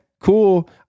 cool